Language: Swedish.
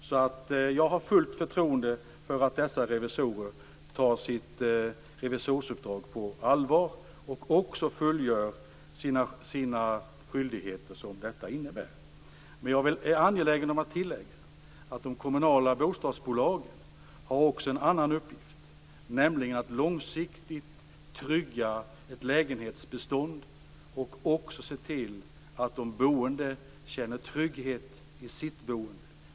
Jag har alltså fullt förtroende för att dessa revisorer tar sitt revisorsuppdrag på allvar och också fullgör de skyldigheter som detta innebär. Men jag är angelägen om att tillägga att de kommunala bostadsbolagen också har en annan uppgift, nämligen att långsiktigt trygga ett lägenhetsbestånd och se till att de boende känner trygghet i sitt boende.